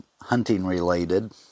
hunting-related